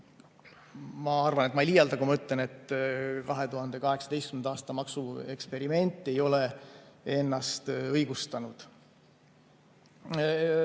ma arvan, et ma ei liialda, kui ma ütlen, et 2018. aasta maksueksperiment ei ole ennast õigustanud.